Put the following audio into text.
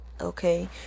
Okay